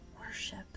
Worship